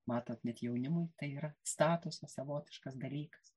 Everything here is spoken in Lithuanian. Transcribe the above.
matot net jaunimui tai yra statusas savotiškas dalykas